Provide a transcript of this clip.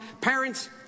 parents